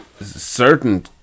certain